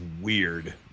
weird